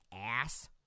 ass